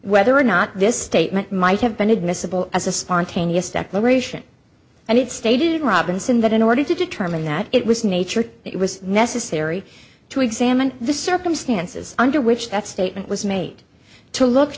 whether or not this statement might have been admissible as a spontaneous declaration and it stated robinson that in order to determine that it was nature it was necessary to examine the circumstances under which that statement was made to look